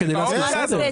כדי לעשות סדר.